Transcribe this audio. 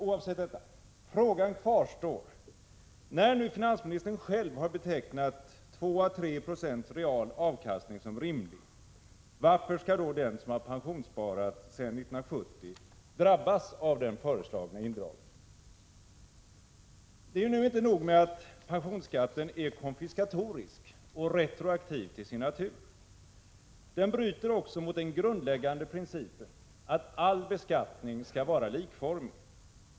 Oavsett detta kvarstår frågan: När nu finansministern själv har betecknat 2 å3 2 realavkastning som rimlig, varför skall då den som har pensionssparat sedan 1970 drabbas av den föreslagna indragningen? Det är inte nog med att pensionsskatten är konfiskatorisk och retroaktiv till sin natur — den bryter också mot den grundläggande principen att all beskattning skall vara likformig.